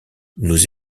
nous